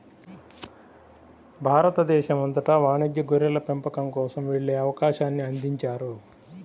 భారతదేశం అంతటా వాణిజ్య గొర్రెల పెంపకం కోసం వెళ్ళే అవకాశాన్ని అందించారు